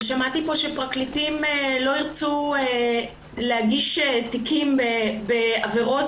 שמעתי פה שפרקליטים לא ירצו להגיש תיקים ועבירות